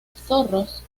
zorros